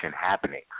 happening